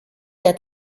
der